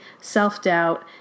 self-doubt